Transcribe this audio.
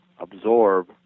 absorb